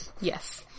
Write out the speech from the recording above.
Yes